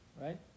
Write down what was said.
right